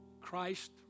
Christ